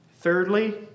Thirdly